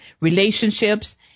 relationships